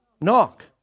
knock